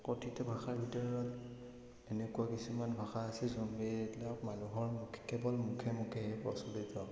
কথিত ভাষাৰ ভিতৰত এনেকুৱা কিছুমান ভাষা আছে যোনবিলাক মানুহৰ কেৱল মুখে মুখেহে প্ৰচলিত